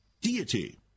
deity